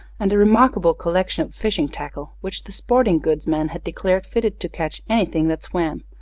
and a remarkable collection of fishing tackle, which the sporting-goods man had declared fitted to catch anything that swam,